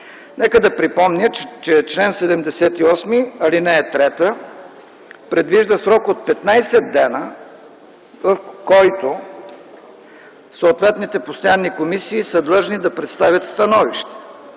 Нека да припомня, че чл. 78, ал. 3 предвижда срок от 15 дена, в който съответните постоянни комисии са длъжни да представят становище.